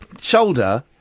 shoulder